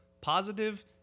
positive